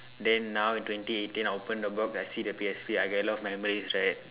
then now twenty eighteen I open the box I see the P_S_P I get a lot of memories right